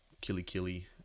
killy-killy